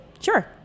Sure